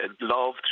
Love